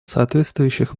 соответствующих